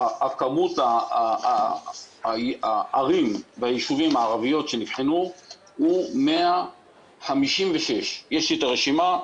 כמות הערים הערביות שנבחנו הוא 156. יש לי את הרשימה,